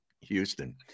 Houston